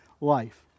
life